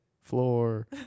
floor